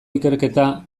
ikerketa